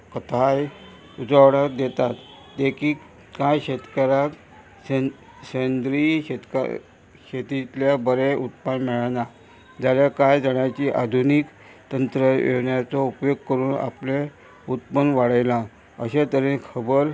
कथाय उजवाडोक दितात देखीक कांय शेतकाराक शेंद शेंद्रीय शेतकार शेतींतल्या बरें उत्पन्न मेळना जाल्यार कांय जाणांची आधुनीक तंत्र येवनाचो उपयोग करून आपलें उत्पन्न वाडयलां अशें तरेन खबर